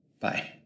Bye